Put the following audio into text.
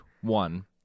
one